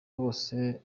bose